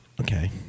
Okay